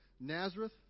Nazareth